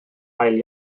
ail